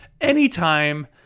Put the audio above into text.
anytime